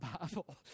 Bible